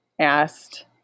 asked